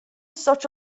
such